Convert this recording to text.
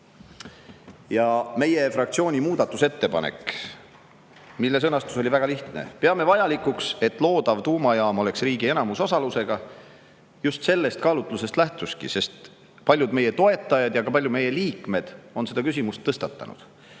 Ja meie fraktsiooni muudatusettepanek, mille sõnastus oli väga lihtne – peame vajalikuks, et loodav tuumajaam oleks riigi enamusosalusega –, just sellest kaalutlusest lähtuski, sest paljud meie toetajad ja ka paljud meie liikmed on seda küsimust tõstatanud.